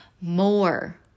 more